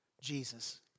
Jesus